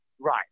Right